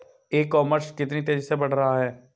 ई commerce कितनी तेजी से बढ़ रहा है?